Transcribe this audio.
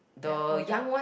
they are older